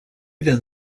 then